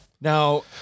Now